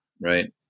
Right